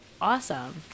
awesome